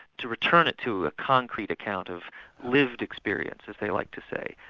to return it to a concrete account of lived experience, as they liked to say,